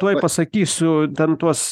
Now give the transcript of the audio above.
tuoj pasakysiu ten tuos